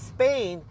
Spain